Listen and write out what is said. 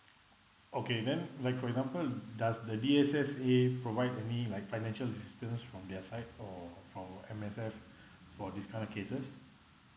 okay then like for example does the D_S_S_A provide any like financial assistance from their side or from M_S_F for this kind of cases